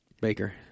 baker